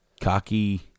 cocky